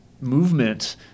movement